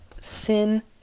sin